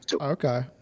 Okay